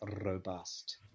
robust